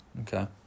Okay